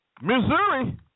Missouri